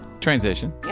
Transition